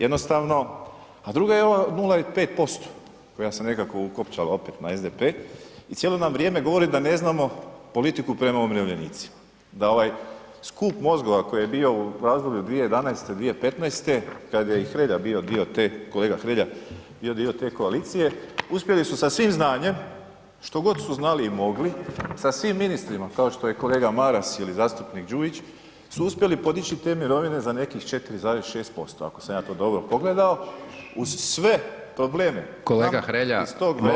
Jednostavno, a druga je ova 0,5% koja se nekako ukopčala opet na SDP i cijelo nam vrijeme govori da ne znamo politiku prema umirovljenicima, da ovaj skup mozgova koji je bio u razdoblju 2011.-2015. kad je i Hrelja bio dio te, kolega Hrelja bio dio te koalicije, uspjeli su sa svim znanjem, što god su znali i mogli, sa svim ministrima kao što je kolega Maras ili zastupnik Đujić su uspjeli podići te mirovine za nekih 4,6% ako sam ja to dobro pogledao, uz sve probleme iz tog vremena se vukao i problem…